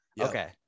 Okay